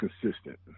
consistent